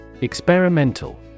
Experimental